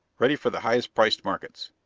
ready for the highest priced markets.